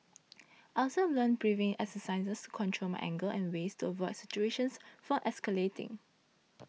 I also learnt breathing exercises to control my anger and ways to avoid situations for escalating